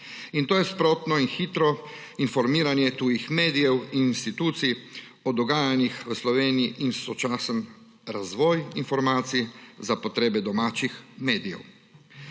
in to je sprotno in hitro informiranje tujih medijev in institucij, o dogajanjih v Sloveniji in sočasen razvoj informacij, za potrebe domačih medijev.